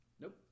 Nope